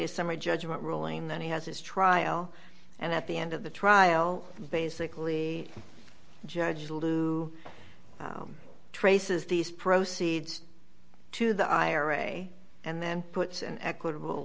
a summary judgment ruling that he has his trial and at the end of the trial basically judge lou traces these proceeds to the ira and then puts an equitable